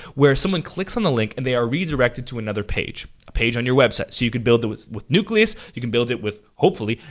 where someone clicks on the link, and they are redirected to another page, a page on your website. so, you can build it with with nucleus, you can build it with, hopefully,